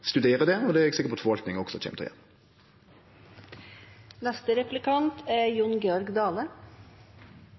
studere det, og det er eg sikker på at forvaltninga også kjem til